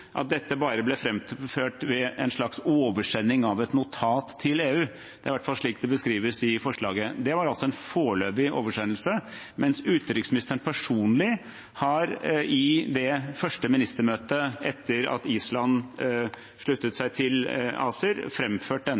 at dette bare ble framført ved en slags oversending av et notat til EU – det er i hvert fall slik det beskrives i forslaget. Det var en foreløpig oversendelse. Utenriksministeren har personlig i det første ministermøtet etter at Island sluttet seg til ACER,